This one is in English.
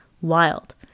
wild